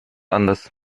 anders